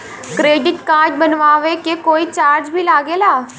Credit card बनवावे के कोई चार्ज भी लागेला?